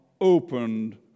opened